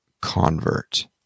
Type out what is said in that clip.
convert